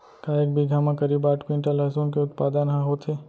का एक बीघा म करीब आठ क्विंटल लहसुन के उत्पादन ह होथे?